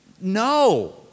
no